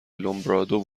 لومبرادو